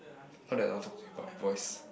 not that I don't want to talk to you but my voice